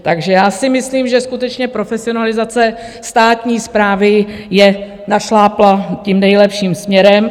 Takže já si myslím, že skutečně profesionalizace státní správy je našláplá tím nejlepším směrem.